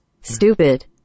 Stupid